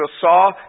saw